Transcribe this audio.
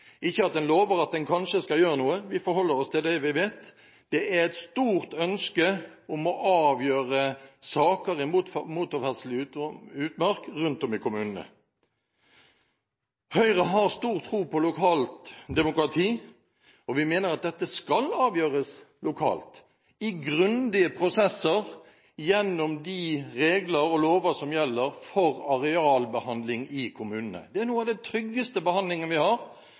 ikke at en lover at en kanskje skal gjøre noe. Det er et stort ønske om å avgjøre saker om motorferdsel i utmark rundt om i kommunene. Høyre har stor tro på lokalt demokrati, og vi mener at dette skal avgjøres lokalt, i grundige prosesser gjennom de regler og lover som gjelder for arealbehandling i kommunene. Det er en av de tryggeste behandlingsmåtene vi har.